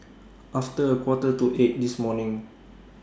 after A Quarter to eight This morning